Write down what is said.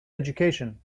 education